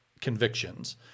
convictions—